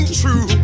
True